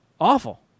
awful